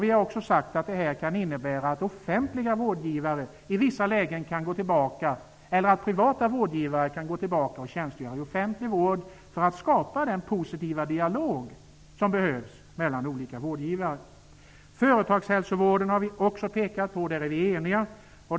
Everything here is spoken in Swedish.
Vi har också sagt att det här kan innebära att privata vårdgivare i vissa lägen kan gå tillbaka och tjänstgöra i offentlig vård för att skapa den positiva dialog som behövs mellan olika vårdgivare. Företagshälsovården har vi också pekat på -- där är vi eniga.